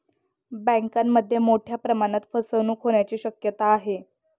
बँकांमध्ये मोठ्या प्रमाणात फसवणूक होण्याची शक्यता आहे